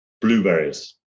blueberries